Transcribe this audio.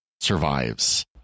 survives